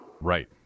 Right